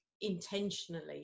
intentionally